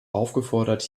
aufgefordert